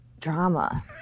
drama